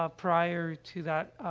ah prior to that, ah,